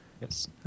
Yes